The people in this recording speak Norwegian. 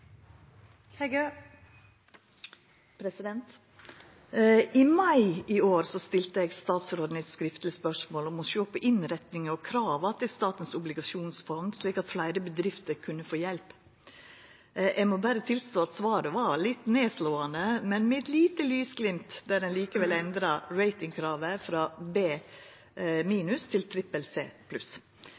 blir replikkordskifte. I mai i år stilte eg statsråden eit skriftleg spørsmål om å sjå på innretninga og krava til Statens obligasjonsfond, slik at fleire bedrifter kunne få hjelp. Eg må berre tilstå at svaret var litt nedslåande, men med eit lite lysglimt då ein likevel endra ratingkravet frå B- til